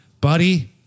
buddy